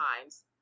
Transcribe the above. times